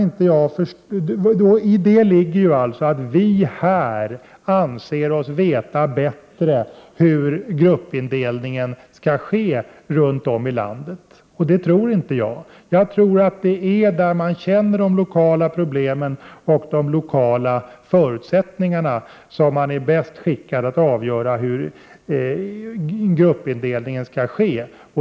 I det ligger att vi här anser oss veta bättre hur gruppindelningen skall göras runt om i landet. Det tror inte jag. Jag tror att det är där man känner de lokala problemen och de lokala förutsättningarna som man är bäst skickad att avgöra hur gruppindelningen skall ske.